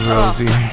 Rosie